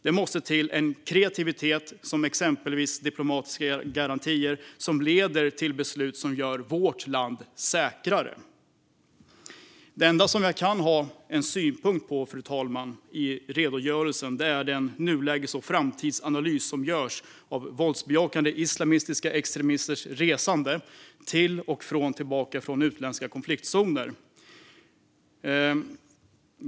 Det måste till en kreativitet med exempelvis diplomatiska garantier som leder till beslut som gör vårt land säkrare. Det enda jag kan ha en synpunkt på i redogörelsen, fru talman, är den nuläges och framtidsanalys som görs över våldsbejakande islamistiska extremisters resande till och tillbaka från utländska konfliktzoner.